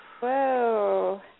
Whoa